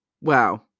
Wow